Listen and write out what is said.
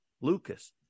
Lucas